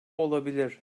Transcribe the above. olabilir